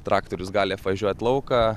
traktorius gali apvažiuoti lauką